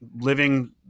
living